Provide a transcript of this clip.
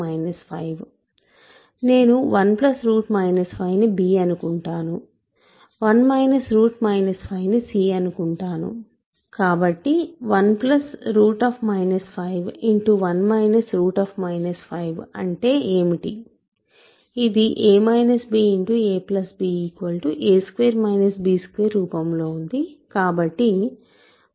నేను 1 5ని b అనుకుంటాను 1 5ని c అనుకుంటాను కాబట్టి 1 5 అంటే ఏమిటి ఇది ab a2 b2 రూపం లో ఉంది కాబట్టి 1 5 1 6